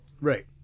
Right